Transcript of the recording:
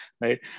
right